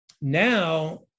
now